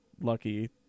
lucky